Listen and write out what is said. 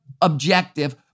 objective